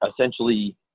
essentially